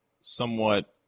somewhat